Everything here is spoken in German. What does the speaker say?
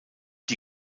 die